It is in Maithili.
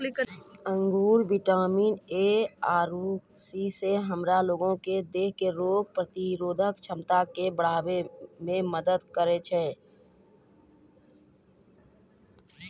अंगूर विटामिन ए आरु सी से हमरा लोगो के देहो के रोग प्रतिरोधक क्षमता के बढ़ाबै मे मदत करै छै